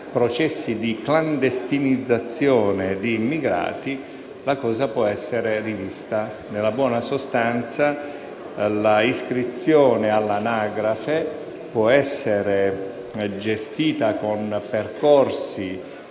processi di clandestinizzazione di immigrati, il parere può essere rivisto. In buona sostanza, l'iscrizione all'anagrafe può essere gestita con percorsi